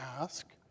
ask